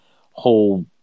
whole